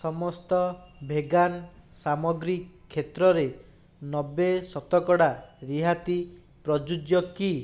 ସମସ୍ତ ଭେଗାନ୍ ସାମଗ୍ରୀ କ୍ଷେତ୍ରରେ ନବେ ଶତକଡ଼ା ରିହାତି ପ୍ରଯୁଜ୍ୟ କି